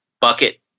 Bucket